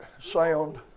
sound